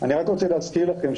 אני רק רוצה להזכיר לכם,